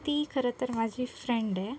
ती खरं तर माझी फ्रेंड आहे